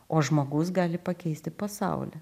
o žmogus gali pakeisti pasaulį